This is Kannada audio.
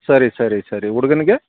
ಸರಿ ಸರಿ ಸರಿ ಹುಡ್ಗನ್ಗೆ